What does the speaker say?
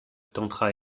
tentera